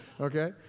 okay